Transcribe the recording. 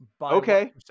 Okay